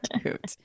cute